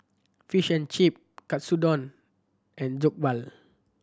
Fish and Chip Katsudon and Jokbal